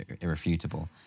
irrefutable